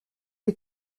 les